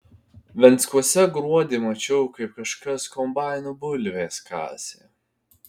venckuose gruodį mačiau kaip kažkas kombainu bulves kasė